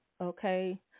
okay